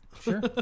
Sure